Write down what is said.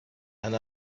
and